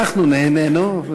אנחנו נהנינו,